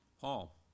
Paul